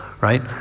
right